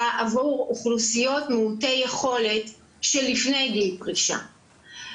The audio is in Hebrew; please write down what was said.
עבור אוכלוסיות מעוטי יכולת שלפני גיל פרישה,